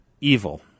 Evil